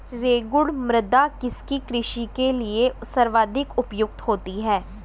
रेगुड़ मृदा किसकी कृषि के लिए सर्वाधिक उपयुक्त होती है?